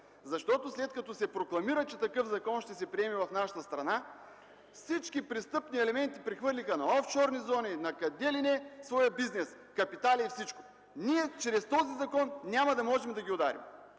лева. След като се прокламира, че такъв закон ще се приеме в нашата страна, всички престъпни елементи прехвърлиха парите си в офшорни зони, къде ли не, прехвърлиха дори своя бизнес, капиталите си, всичко! Ние чрез този закон няма да можем да ги ударим,